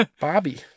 Bobby